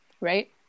right